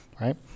right